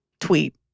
tweet